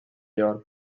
york